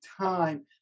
time